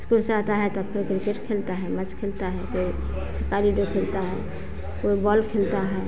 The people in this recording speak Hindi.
इस्कूल से आता है तब फिर क्रिकेट खेलता है मैच खेलता है तो छक्का वीडियो खेलता है फूटबाल खेलता है